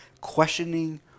questioning